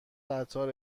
قطار